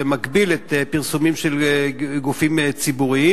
שמגביל פרסומים של גופים ציבוריים,